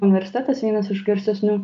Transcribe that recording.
universitetas vienas iš garsesnių